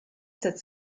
set